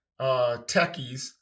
techies